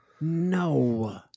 No